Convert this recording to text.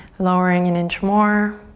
lowering an inch more.